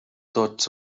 tots